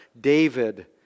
David